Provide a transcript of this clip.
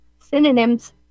synonyms